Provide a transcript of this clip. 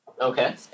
Okay